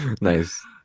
Nice